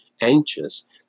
anxious